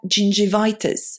gingivitis